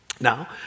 now